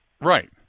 Right